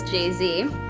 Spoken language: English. Jay-Z